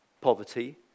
poverty